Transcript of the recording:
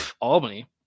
Albany